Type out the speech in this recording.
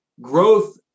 growth